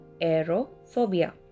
Aerophobia